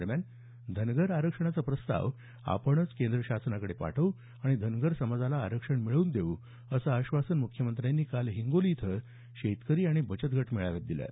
दरम्यान धनगर आरक्षणाचा प्रस्ताव आपणच केंद्राकडे पाठव् आणि धनगर समाजाला आरक्षण मिळवून देऊ असं आश्वासन मुख्यमंत्र्यांनी काल हिंगोली इथल्या शेतकरी आणि बचत गट मेळाव्यात बोलताना दिलं